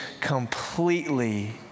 completely